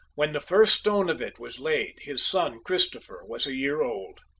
when the first stone of it was laid, his son christopher was a year old.